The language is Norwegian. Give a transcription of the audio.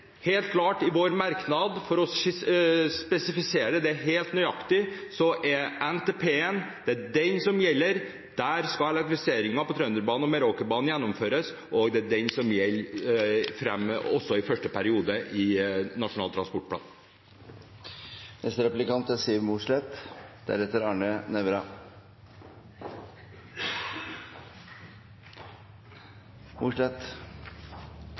helt klart: I vår merknad, for å spesifisere det helt nøyaktig, er det NTP-en som gjelder. Der skal elektrifiseringen på Trønderbanen og Meråkerbanen gjennomføres, og det er det som gjelder framover, også i første periode av Nasjonal transportplan. Venstre har fått mye gjennomslag i budsjettforhandlingene. Det kan vi se av overføringer til jernbanen. Likevel er